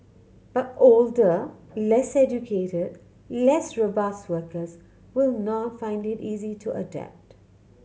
but older less educated less robust workers will not find it easy to adapt